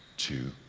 two,